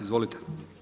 Izvolite.